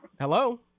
Hello